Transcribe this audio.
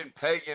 pagan